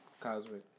cosmic